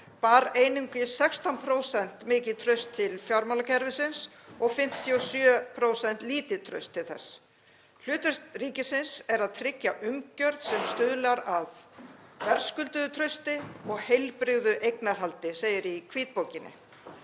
báru einungis 16% mikið traust til fjármálakerfisins og 57% báru lítið traust til þess. Hlutverk ríkisins er að tryggja umgjörð sem stuðlar að verðskulduðu trausti og heilbrigðu eignarhaldi, segir í hvítbókinni.